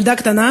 ילדה קטנה,